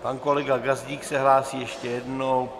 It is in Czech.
Pan kolega Gazdík se hlásí ještě jednou.